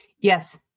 Yes